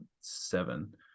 seven